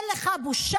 אין לך בושה?